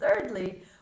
Thirdly